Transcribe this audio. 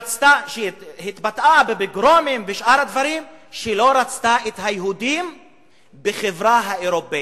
שהתבטאה בפוגרומים ושאר דברים ולא רצתה את היהודים בחברה האירופית.